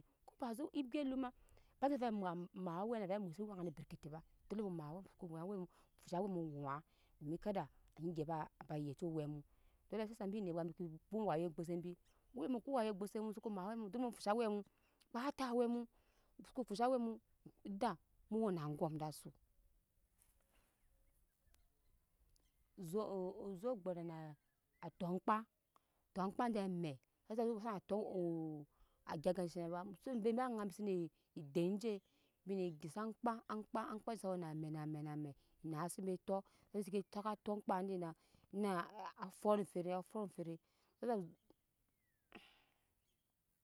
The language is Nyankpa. Ko ba zo ebwɛ lum ba nyi save mwo mai awɛ na ve a mwɛ sit wɛŋa ni bereletɛ ba dole mu mai wɛ muko mai awɛ mu mu fisha awɛ mu ŋuŋ domi kada anyi ŋya ba a ba yeci wɛ mu ko ve ko shaŋ embi nare bwɛt bke kpo rayuwa ogbose bi ewe muso kporagu wu gbose mu dole musa mai awɛ kpata awɛ mu muso fisha awɛ mu eda mu wena fisha awɛ mu eda mu wena aŋgɔm da su ozo ozo gbee na to aŋkpa to ankpa je mɛ she shaŋ sa to agya aga shene ba ko ebe be aŋa embi sene den je bine gya se aŋkpa aŋkpa aŋkoa jej sa we na mɛ na mɛ na me bi nase embe to he seke sa to aŋkpa dina na fɔt fɛrem a fɔt efɛ rem ire.